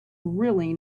really